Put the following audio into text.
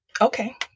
Okay